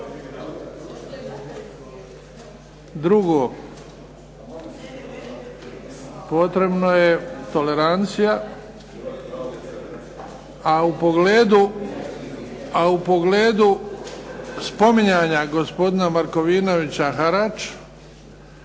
Drugo, potrebno je tolerancija, a u pogledu spominjanja gospodina Markovinovića, harač,